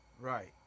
Right